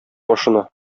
башына